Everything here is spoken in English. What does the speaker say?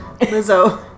Lizzo